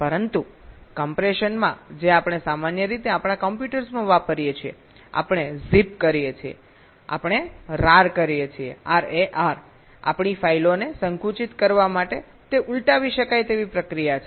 પરંતુ કમ્પ્રેશનમાં જે આપણે સામાન્ય રીતે આપણા કમ્પ્યુટર્સમાં વાપરીએ છીએ આપણે ઝિપ કરીએ છીએ અમે rar કરીએ છીએ આપણી ફાઇલોને સંકુચિત કરવા માટે તે ઉલટાવી શકાય તેવી પ્રક્રિયા છે